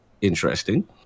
Interesting